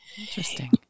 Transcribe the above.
Interesting